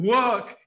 work